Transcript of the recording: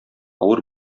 авыр